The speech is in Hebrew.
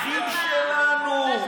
אחים שלנו.